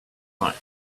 night